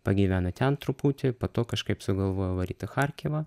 pagyveno ten truputį po to kažkaip sugalvojo varyt į charkivą